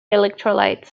electrolyte